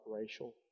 racial